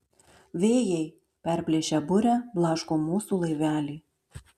vėjai perplėšę burę blaško mūsų laivelį